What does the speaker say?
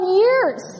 years